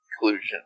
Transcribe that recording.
conclusion